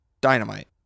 dynamite